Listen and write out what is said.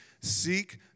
seek